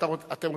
אתם רוצים?